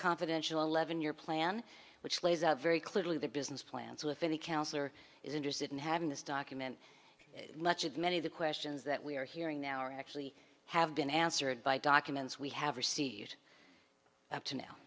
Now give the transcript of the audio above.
confidential eleven year plan which lays out very clearly the business plan so if any counselor is interested in having this document much of many of the questions that we are hearing now are actually have been answered by documents we have received up to now